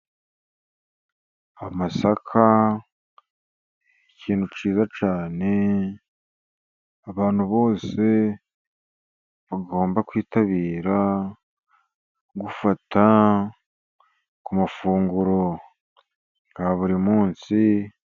Amasaka ni ikintu cyiza cyane, abantu bose bagomba kwitabira gufata ku mafunguro ya buri munsi.